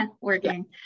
working